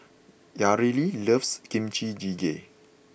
Yareli loves Kimchi Jjigae